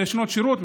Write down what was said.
בשנות שירות,